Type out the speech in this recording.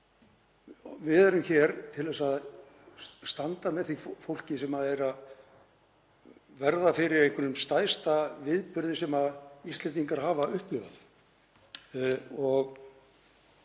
við erum hér til að standa með því fólki sem er að verða fyrir einhverjum stærsta viðburði sem Íslendingar hafa upplifað